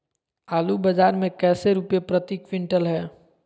आलू बाजार मे कैसे रुपए प्रति क्विंटल है?